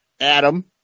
Adam